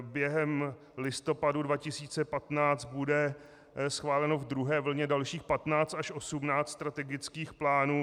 Během listopadu 2015 bude schváleno v druhé vlně dalších 15 až 18 strategických plánů.